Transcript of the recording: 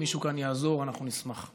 אם מישהו כאן יעזור, אני אשמח.